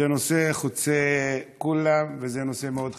זה נושא שחוצה את כולם וזה נושא מאוד חשוב.